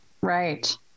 Right